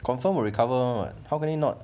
confirm will recover [one] [what] how can it not